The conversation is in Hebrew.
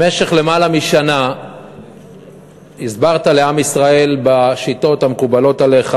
במשך למעלה משנה הסברת לעם ישראל בשיטות המקובלות עליך,